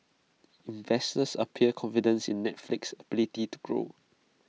investors appear confident in Netflix's ability to grow